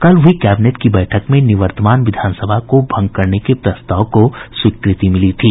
कल हुई कैबिनेट की बैठक में निवर्तमान विधानसभा को भंग करने के प्रस्ताव को स्वीकृति मिली थी